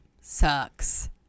sucks